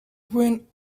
when